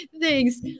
Thanks